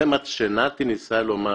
זה מה שנתי ניסה לומר,